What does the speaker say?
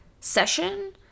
session